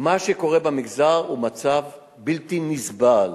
מה שקורה במגזר הוא מצב בלתי נסבל.